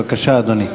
בבקשה, אדוני.